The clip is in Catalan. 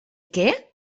què